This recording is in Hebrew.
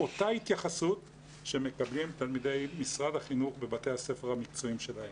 אותה התייחסות שמקבלים תלמידי משרד החינוך בבתי הספר המקצועיים שלהם.